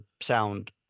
sound